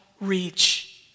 reach